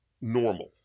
normal